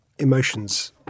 emotions